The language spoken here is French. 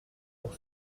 pour